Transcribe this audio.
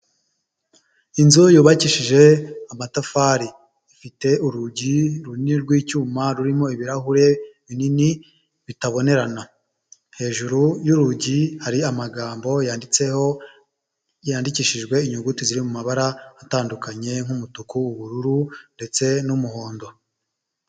Inzu yubakishije amatafari, ifite urugi runini rw'icyuma rurimo ibirahure binini bitabonerana, hejuru y'urugi hari amagambo yanditseho yandikishijwe inyuguti ziri mu mabara atandukanye nk'umutuku, ubururu ndetse n'umuhondo.